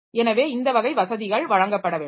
எனவே இந்த வகை வசதிகள் வழங்கப்பட வேண்டும்